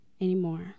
anymore